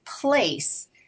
place